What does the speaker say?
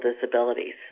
disabilities